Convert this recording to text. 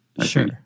sure